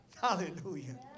Hallelujah